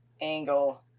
angle